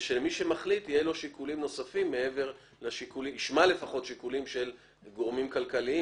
ושמי שמחליט ישמע שיקולים של גורמים כלכליים,